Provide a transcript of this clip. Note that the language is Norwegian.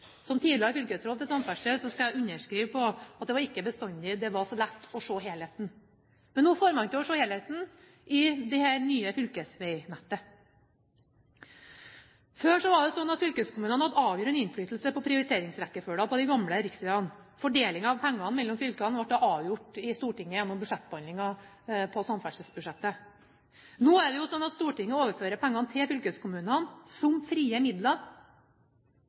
Som tidligere fylkesråd for samferdsel kan jeg underskrive på at det ikke bestandig var så lett å se helheten. Men nå ser man helheten i dette nye fylkesveinettet. Før var det sånn at fylkeskommunene hadde avgjørende innflytelse på prioriteringsrekkefølgen på de gamle riksveiene. Fordelingen av pengene mellom fylkene ble avgjort i Stortinget gjennom behandlingen av samferdselsbudsjettet. Nå er det sånn at Stortinget overfører pengene til fylkeskommunene som frie midler,